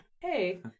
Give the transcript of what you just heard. hey